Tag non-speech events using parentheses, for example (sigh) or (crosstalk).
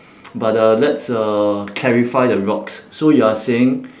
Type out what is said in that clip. (noise) but uh let's uh clarify the rocks so you are saying